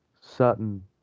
certain